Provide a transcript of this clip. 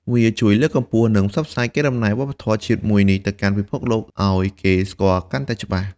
វាជួយលើកកម្ពស់ និងផ្សព្វផ្សាយកេរដំណែលវប្បធម៌ជាតិមួយនេះទៅកាន់ពិភពលោកឲ្យគេស្គាល់កាន់តែច្បាស់។